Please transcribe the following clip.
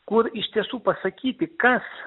kur iš tiesų pasakyti kas